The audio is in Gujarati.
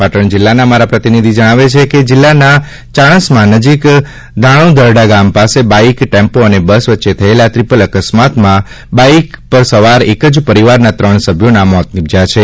પાટણ જિલ્લાના અમારા પ્રતિનિધિ જણાવે છે કે જિલ્લાના ચાણસ્મા નજીક ધાણોઘરડાં ગામ પાસે બાઇક ટેમ્પો અને બસ વચ્ચે થયેલા ત્રિપલ અકસ્માતમાં બાઇક પર સવાર એક જ પરિવારના ત્રણ સભ્યોના મોત નિપજ્યા છે